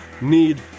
need